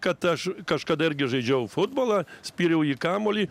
kad aš kažkada irgi žaidžiau futbolą spyriau į kamuolį